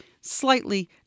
slightly